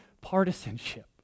partisanship